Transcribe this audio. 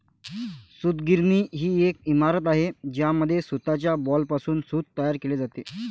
सूतगिरणी ही एक इमारत आहे ज्यामध्ये सूताच्या बॉलपासून सूत तयार केले जाते